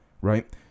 right